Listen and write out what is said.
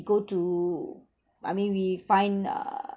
go to I mean we find err